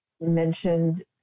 mentioned